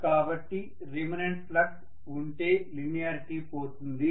కాబట్టి remanent flux ఉంటే linearity పోతుంది